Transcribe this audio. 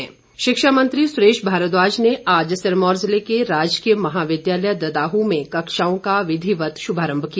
सुरेश भारद्वाज शिक्षा मंत्री सुरेश भारद्वाज ने आज सिरमौर जिले के राजकीय महाविद्यालय ददाहू में कक्षाओं का विधिवत श्भारंभ किया